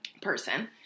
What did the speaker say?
person